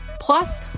Plus